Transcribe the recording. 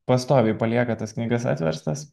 pastoviai palieka tas knygas atverstas